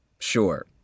Sure